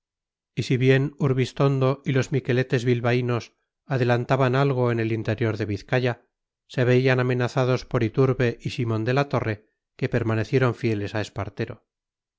y si bien urbistondo y los miqueletes bilbaínos adelantaban algo en el interior de vizcaya se veían amenazados por iturbe y simón de la torre que permanecieron fieles a espartero